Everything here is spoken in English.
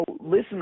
listen